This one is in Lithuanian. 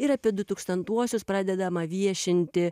ir apie dutūkstantuosius pradedama viešinti